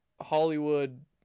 Hollywood